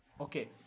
Okay